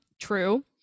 True